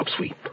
upsweep